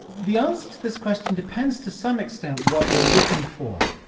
the answer to this question depends to some extent what you're looking for.